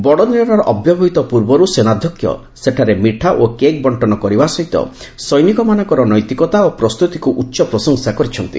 ବଡ଼ଦିନର ଅବ୍ୟବହିତ ପୂର୍ବରୁ ସେନାଧ୍ୟକ୍ଷ ସେଠାରେ ମିଠା ଓ କେକ୍ ବଙ୍କନ କରିବା ସହ ସୈନିକମାନଙ୍କର ନୈତିକତା ଓ ପ୍ରସ୍ତୁତିକୁ ଉଚ୍ଚପ୍ରଶଂସା କରିଛନ୍ତି